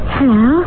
Hello